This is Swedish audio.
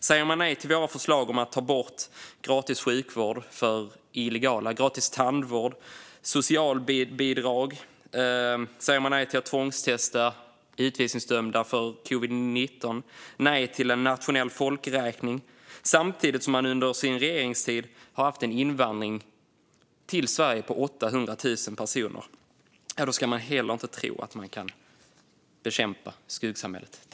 Säger man nej till våra förslag om att ta bort gratis sjukvård, gratis tandvård och socialbidrag för illegala, om att tvångstesta utvisningsdömda för covid-19 och om en nationell folkräkning samtidigt som man under sin regeringstid har haft en invandring till Sverige på 800 000 personer ska man heller inte tro att man kan bekämpa skuggsamhället.